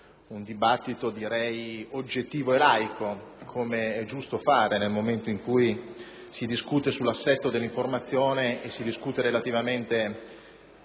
un dibattito oggettivo e laico, come è giusto fare nel momento in cui si discute sull'assetto dell'informazione e sulla questione